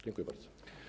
Dziękuję bardzo.